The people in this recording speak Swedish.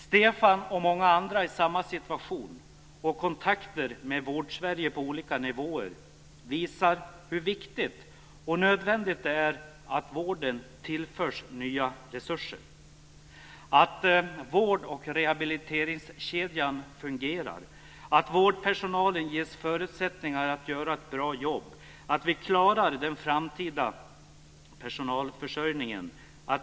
Stefan och många andra i samma situation visar liksom erfarenheter från kontakter med Vårdsverige på olika nivåer hur viktigt och nödvändigt det är att vården tillförs nya resurser, att vård och rehabiliteringskedjan fungerar, att vårdpersonalen ges förutsättningar att göra ett bra jobb och att vi klarar den framtida personalförsörjningen.